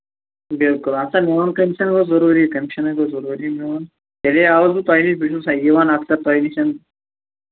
بِلکُل اَہَن سا میٛون کمیشن گوٚو ضروٗری کمیشن ہے گوٚو ضروٗری میٛون تیٚلے آوسُس بہٕ تۄہہِ نِش بہٕ چھُسا یِوان اکژ تۄہہِ نِش